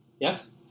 Yes